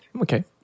Okay